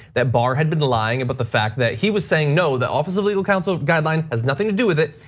that barr had been lying about the fact that he was saying no, the office of little council of guideline has nothing to do with it.